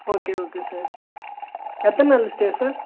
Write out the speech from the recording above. okay okay sir எத்தனை நாள் stay sir